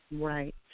Right